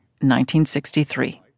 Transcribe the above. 1963